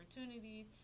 opportunities